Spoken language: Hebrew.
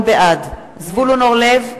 בעד זבולון אורלב,